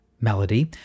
melody